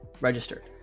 registered